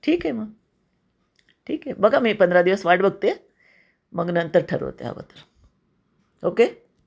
ठीक आहे मग ठीक आहे बघा मी पंधरा दिवस वाट बघते मग नंतर ठरवते हवं तर ओके